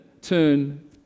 turn